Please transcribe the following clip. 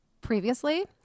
previously